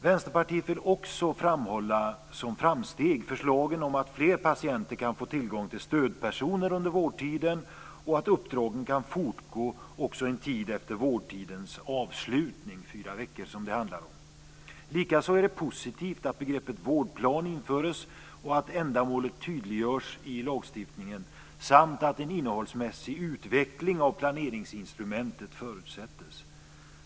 Vänsterpartiet vill som framsteg också framhålla förslagen om att fler patienter kan få tillgång till stödpersoner under vårdtiden och att uppdragen kan fortgå också en tid efter vårdtidens avslutning - det handlar om fyra veckor. Likaså är det positivt att begreppet vårdplan införs och att ändamålet tydliggörs i lagstiftningen samt att en innehållsmässig utveckling av planeringsinstrumentet förutsätts.